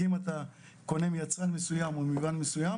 כי אם אתה קונה מיצרן מסוים או מיבואן מסוים